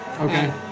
Okay